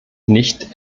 nicht